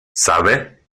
sabe